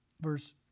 verse